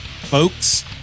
folks